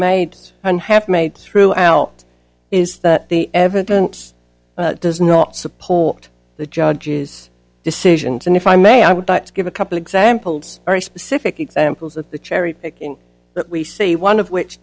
made and have made throughout is that the evidence does not support the judges decisions and if i may i would like to give a couple examples very specific examples of the cherry picking that we see one of which